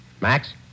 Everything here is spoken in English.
Max